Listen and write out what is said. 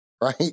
right